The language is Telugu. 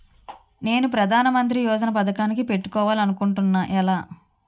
నేను ప్రధానమంత్రి యోజన పథకానికి పెట్టుకోవాలి అనుకుంటున్నా ఎలా?